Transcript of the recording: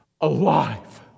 Alive